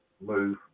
move